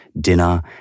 dinner